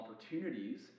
opportunities